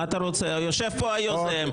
יושב פה היוזם,